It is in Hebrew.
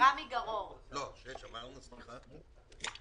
לא להפריע באמצע.